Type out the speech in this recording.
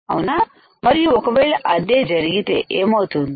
అవునా మరియు ఒకవేళ అదే జరిగితే ఏమౌతుంది